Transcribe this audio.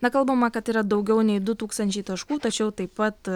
na kalbama kad yra daugiau nei du tūkstančiai taškų tačiau taip pat